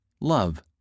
love